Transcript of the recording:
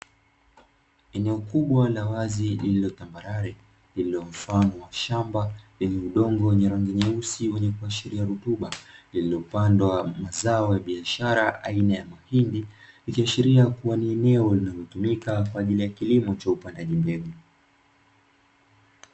Eneo kubwa la wazi lililo tambarare lililo mfano wa shamba lenye udongo wa rangi nyeusi wenye kuashiria rutuba, lililopandwa mazao ya biashara aina ya mahindi, likiashiria kuwa ni eneo linalotumika kwa ajili ya kilimo cha upandaji mbegu.